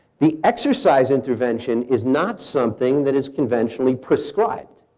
the exercise intervention is not something that is conventionally prescribed.